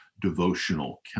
devotional